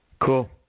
Cool